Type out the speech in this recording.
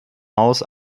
haus